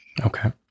Okay